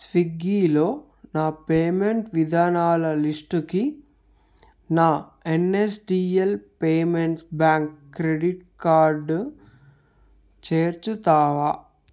స్విగ్గీలో నా పేమెంట్ విధానాల లిస్టుకి నా NSDL payments bank credit card చేర్చుతావా